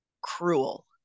Cruel